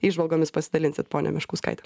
įžvalgomis pasidalinsit ponia meškauskaite